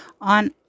On